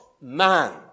man